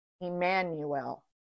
Emmanuel